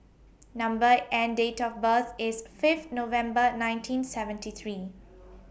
Number and Date of birth IS Fifth November nineteen seventy three